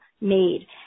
made